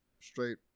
straight